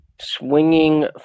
swinging